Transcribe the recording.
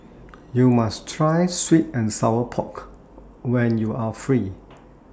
YOU must Try Sweet and Sour Pork when YOU Are Free